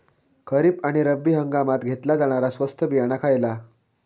खरीप आणि रब्बी हंगामात घेतला जाणारा स्वस्त बियाणा खयला?